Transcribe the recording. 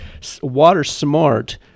WaterSMART